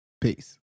Peace